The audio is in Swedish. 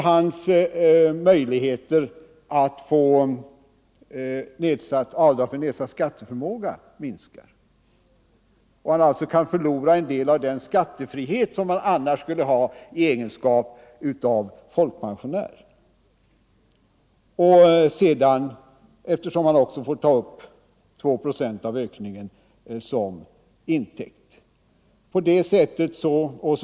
Hans möjligheter att få avdrag för nedsatt skatteförmåga minskar och han kan alltså förlora en del av den skattefrihet han annars skulle ha i egenskap av folkpensionär eftersom han måste ta upp 2 procent av det ökade taxeringsvärdet som intäktshöjning.